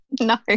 No